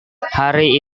hari